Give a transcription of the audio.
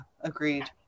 agreed